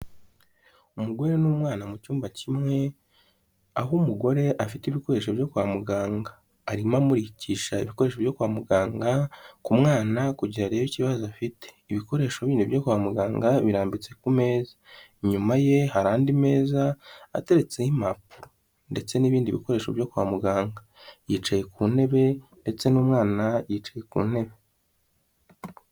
Umugore n'umwana mu cyumba kimwe, aho umugore afite ibikoresho byo kwa muganga, arimo amurikisha ibikoresho byo kwa muganga ku mwana kugira arebe ikibazo afite, ibikoresho bindi byo kwa muganga birambitse ku meza, inyuma ye hari andi meza ateretseho impapuro, ndetse n'ibindi bikoresho byo kwa muganga yicaye ku ntebe ndetse n'umwana yicaye ku ntebe.